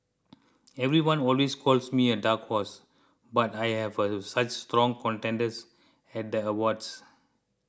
everyone always calls me a dark horse but I have such strong contenders at the awards